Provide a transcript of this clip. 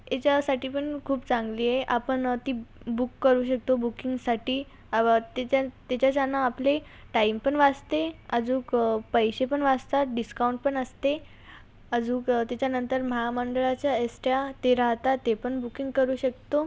याच्यासाठी पण खूप चांगली आहे आपण ती बुक करू शकतो बुकिंगसाठी अव त्याच्या त्याच्याच्यानं आपले टाईमपण वाचते अजूक पैसेपण वाचतात डिस्काऊंटपण असते अजूक त्याच्यानंतर महामंडळाच्या एसट्या ते राहतात ते पण बुकिंग करू शकतो